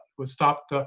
was stopped